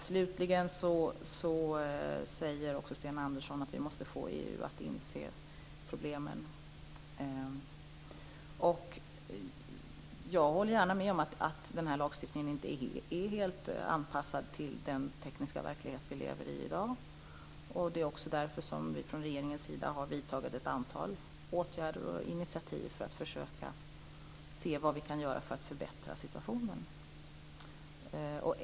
Slutligen säger Sten Andersson att vi måste få EU att inse problemen. Jag håller gärna med om att denna lagstiftning inte är helt anpassad till den tekniska verklighet som vi lever i i dag. Det är också därför som vi från regeringen vidtagit ett antal åtgärder för att försöka att se vad vi kan göra för att förbättra situationen.